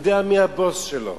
יודע מי הבוס שלו.